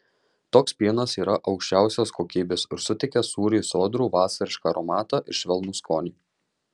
toks pienas yra aukščiausios kokybės ir suteikia sūriui sodrų vasarišką aromatą ir švelnų skonį